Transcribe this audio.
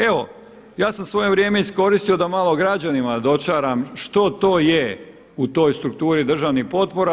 Evo ja sam svoje vrijeme iskoristio da malo građanima dočaram što to je u toj strukturi državnih potpora.